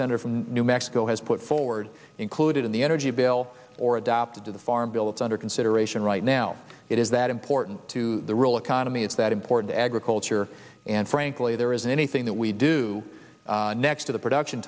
senator from new mexico has put forward included in the energy bill or adapted to the farm bill it's under consideration right now it is that important to the real economy it's that important agriculture and frankly there isn't anything that we do next to the production